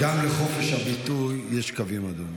גם לחופש הביטוי יש קווים אדומים.